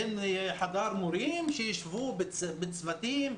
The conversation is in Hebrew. אין חדר מורים שיישבו בצוותים.